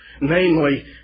Namely